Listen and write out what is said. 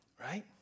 Right